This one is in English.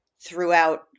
throughout